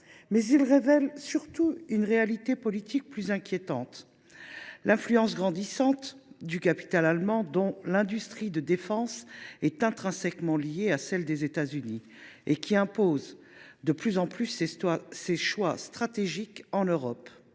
Il révèle surtout une réalité politique plus inquiétante : l’influence grandissante du capital allemand, dont l’industrie de défense est intrinsèquement liée à celle des États Unis, et qui impose de plus en plus ses choix stratégiques en Europe.